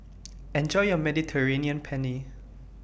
Enjoy your Mediterranean Penne